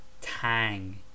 tang